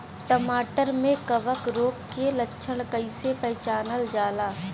टमाटर मे कवक रोग के लक्षण कइसे पहचानल जाला?